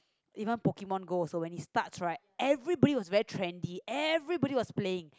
even Pokemon-Go also when it starts right everybody was very trendy everybody was playing